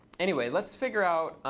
anyway, let's figure out